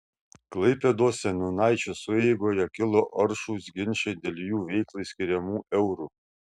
klaipėdos seniūnaičių sueigoje kilo aršūs ginčai dėl jų veiklai skiriamų eurų